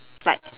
like